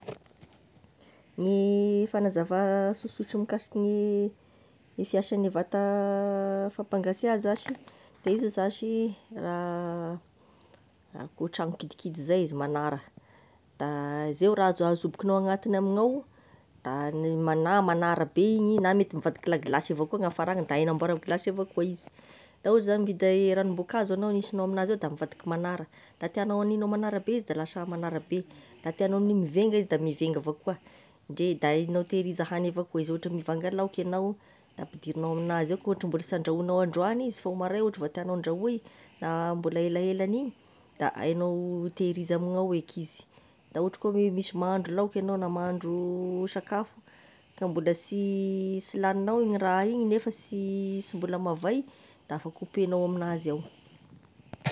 Ny fagnazava sosotra mikasika ny fiasan'ny vata fampangatsia zashy, de iza zashy raha akoa tragno kidikidy zay izy magnara, da ze raha zey azobokagnao agnatigny amignao da mana- magnara be igny na mety mivadiky la glace avao koa gn'hiafaragny da hay hagnamboara glace avao koa izy, da hoy zany zeigny hinday ragnomboankazo hindesignao amignazy ao de mivadiky magnara, raha tiagnao hagnia ho magnara be izy de lasa magnara be, raha tiagnao ny mivainga izy da mivainga avao akoa, ndre da hagninao tehiriza hany ohatry mivanga laoky agnao da ampidirignao amignazy ao ka ohatry mbola sy andrahoignao androany izy fa ho maray ohatra vao ataognao andrahoy na mbola elaelan'igny da aignao tehiriza amignao eky izy, da ohatry koa hoe misy mahandro laoky egnao na mahandro sakafo ka mbola sy lagninao igny raha igny nefa sy mbola sy lagny de afaka sy mbola mavay de afaka hopenao amignazy ao.